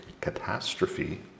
catastrophe